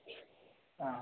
हा